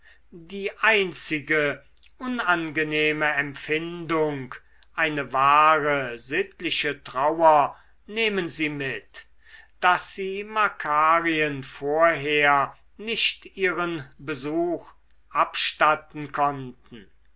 die einzige unangenehme empfindung eine wahre sittliche trauer nehmen sie mit daß sie makarien vorher nicht ihren besuch abstatten konnten